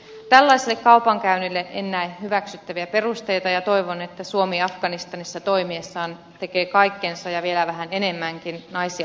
tällaiselle kaupankäynnille en näe hyväksyttäviä perusteita ja toivon että suomi afganistanissa toimiessaan tekee kaikkensa ja vielä vähän enemmänkin naisia puolustaakseen